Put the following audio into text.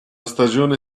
stagione